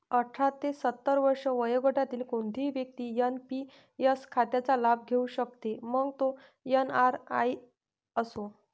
अठरा ते सत्तर वर्षे वयोगटातील कोणतीही व्यक्ती एन.पी.एस खात्याचा लाभ घेऊ शकते, मग तो एन.आर.आई असो